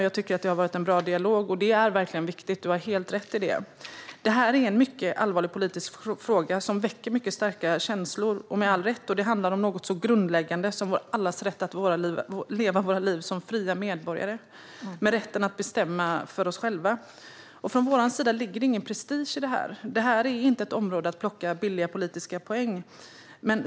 Jag tycker att det har varit en bra dialog, och detta är verkligen viktigt; statsrådet har helt rätt i det. Det här är en mycket allvarlig politisk fråga som, med all rätt, väcker mycket starka känslor. Det handlar om något så grundläggande som allas vår rätt att leva våra liv som fria medborgare med rätten att bestämma över oss själva. Från vår sida ligger det ingen prestige i detta. Det här är inget område att plocka billiga politiska poänger på.